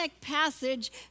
passage